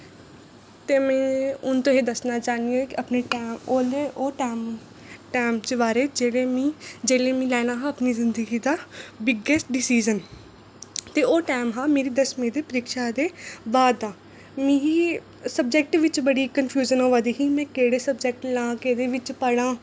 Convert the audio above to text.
ते में हून तुसेंगी दस्सना चाह्न्नी आं कि अपने ओह् टैम टैम दे बारे च जेह्ड़े मिगी जेल्लै मिगी लैना हा अपनी जिंदगी दा बिगैस्ट डिसीज़न ते ओह् टैम हा मेरी दसमीं दी परिक्षा दे बाद दा मिगी सब्जैक्ट बिच बड़ी कंफ्यूजन होआ दी ही कि में केह्ड़े सब्जैक्ट लें केह्ड़े सब्जैक्ट पढ़ांऽ